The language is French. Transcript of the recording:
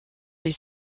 les